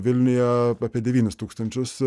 vilniuje apie devynis tūkstančius